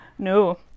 No